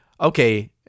Okay